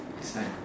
it's like